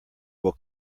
will